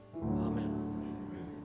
Amen